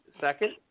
second